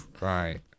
Right